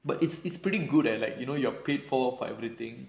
but it's it's pretty good like you know you're paid for everything